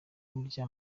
burya